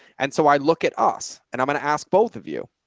and so i look at us and i'm going to ask both of you,